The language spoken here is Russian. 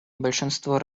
большинство